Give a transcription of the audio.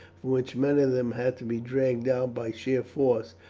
from which many of them had to be dragged out by sheer force,